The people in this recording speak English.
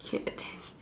hit a ten